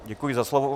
Děkuji za slovo...